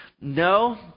No